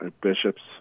bishops